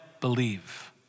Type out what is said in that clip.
believe